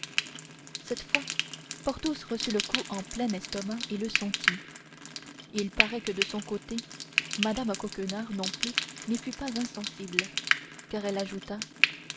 cette fois porthos reçut le coup en plein estomac et le sentit il paraît que de son côté mme coquenard non plus n'y fut pas insensible car elle ajouta